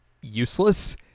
useless